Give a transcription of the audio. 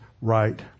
right